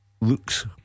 Looks